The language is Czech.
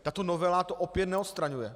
Tato novela to opět neodstraňuje.